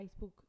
Facebook